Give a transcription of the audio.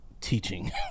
teaching